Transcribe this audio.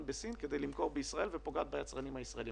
בסין כדי למכור בישראל ופוגעת ביצרנים הישראלים.